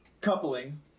coupling